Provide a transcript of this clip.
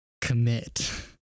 commit